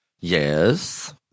yes